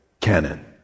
canon